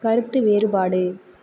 கருத்து வேறுபாடு